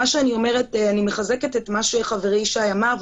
אני מחזקת את מה שחברי ישי אמר,